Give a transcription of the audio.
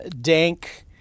dank